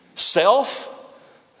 Self